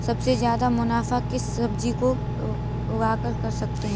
सबसे ज्यादा मुनाफा किस सब्जी को उगाकर कर सकते हैं?